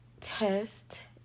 test